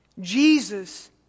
Jesus